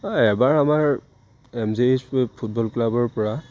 অঁ এবাৰ আমাৰ এম জে ফুটবল ক্লাবৰ পৰা